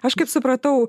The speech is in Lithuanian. aš kaip supratau